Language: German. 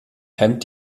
hemmt